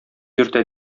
йөртә